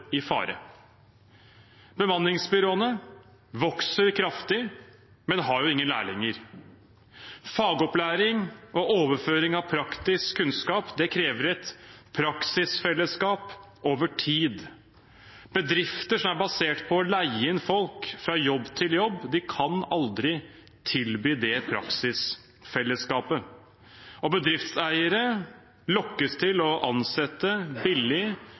i fare. Bemanningsbyråene vokser kraftig, men har jo ingen lærlinger. Fagopplæring og overføring av praktisk kunnskap krever et praksisfellesskap over tid. Bedrifter som er basert på å leie inn folk fra jobb til jobb, kan aldri tilby det praksisfellesskapet. Bedriftseiere lokkes til å ansette billig,